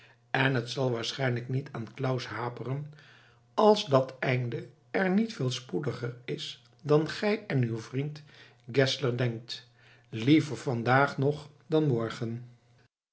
en het zal waarlijk niet aan claus haperen als dat einde er niet veel spoediger is dan gij en uw vriend geszler denkt liever vandaag nog dan morgen